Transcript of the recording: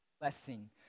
blessing